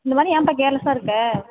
இந்த மாதிரி ஏன்பா கேர்லெஸ்ஸாக இருக்க